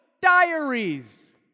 Diaries